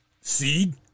Seed